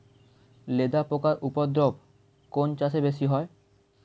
লেদা পোকার উপদ্রব কোন চাষে বেশি হয়?